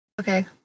okay